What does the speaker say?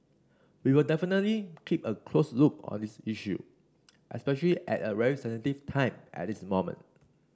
we will definitely keep a close look on this issue especially at a very sensitive time at this moment